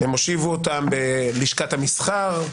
הם הושיבו אותם בלשכת המסחר,